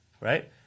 right